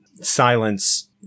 silence